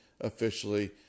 officially